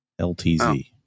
LTZ